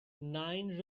nine